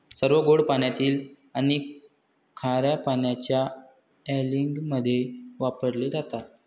सर्व गोड पाण्यातील आणि खार्या पाण्याच्या अँलिंगमध्ये वापरले जातात